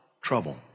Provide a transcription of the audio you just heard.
trouble